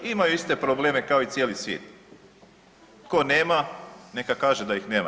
Imaju iste probleme kao i cijeli svijet, tko nema neka kaže da ih nema.